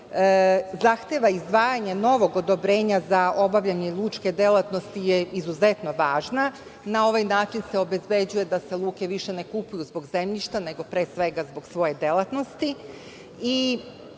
zahteva izdvajanje novog odobrenja za obavljanje lučke delatnosti je izuzetno važna. Na ovaj način se obezbeđuje da se luke više ne kupuju zbog zemljišta, nego pre svega zbog svoje delatnosti. Na